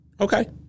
Okay